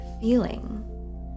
feeling